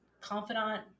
confidant